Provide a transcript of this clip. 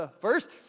first